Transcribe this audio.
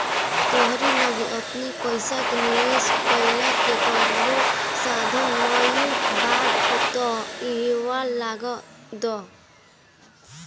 तोहरी लगे अपनी पईसा के निवेश कईला के कवनो साधन नाइ बा तअ इहवा लगा दअ